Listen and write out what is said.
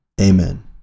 Amen